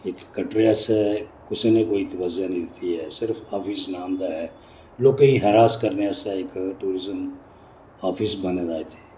इक कटरे आस्तै कुसै ने कोई तबज्जो नेईं दित्ती ऐ सिर्फ आफिस नांऽ दा ऐ लोकें गी हरास करने आस्तै इक टूरिजम आफिस बने दा इत्थैं